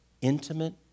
intimate